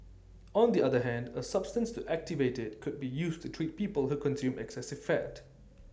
on the other hand A substance to activate IT could be used to treat people who consume excessive fat